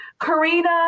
Karina